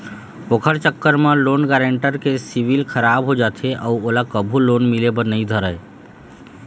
ओखर चक्कर म लोन गारेंटर के सिविल खराब हो जाथे अउ ओला कभू लोन मिले बर नइ धरय